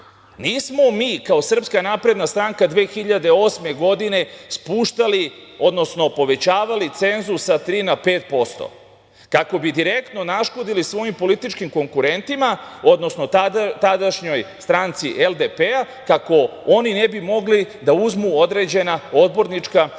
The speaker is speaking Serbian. nismo mi kao SNS 2008. godine spuštali, odnosno povećavali cenzus sa tri na pet posto kako bi direktno naškodili svojim političkim konkurentima, odnosno tadašnjoj stranci LDP, kako oni ne bi mogli da uzmu određena odbornička i